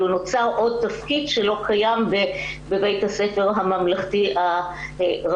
נוצר עוד תפקיד שלא קיים בבית הספר הממלכתי הרגיל.